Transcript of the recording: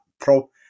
Pro